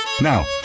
Now